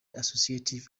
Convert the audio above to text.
associative